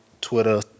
Twitter